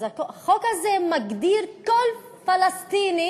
החוק הזה מגדיר כל פלסטיני